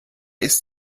ist